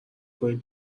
کنید